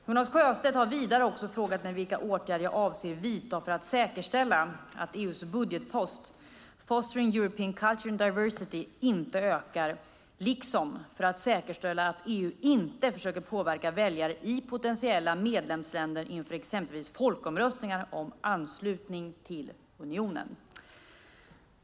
Jonas Sjöstedt har vidare frågat mig vilka åtgärder jag avser att vidta för att säkerställa att EU:s budgetpost Fostering European culture and diversity inte ökar liksom för att säkerställa att EU inte försöker påverka väljare i potentiella medlemsländer inför exempelvis folkomröstningar om anslutning till unionen.